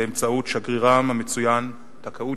באמצעות שגרירם המצוין טקאוצ'י,